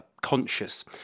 conscious